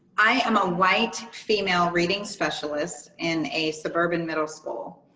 i am a white female reading specialist in a suburban middle school.